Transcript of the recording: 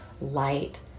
light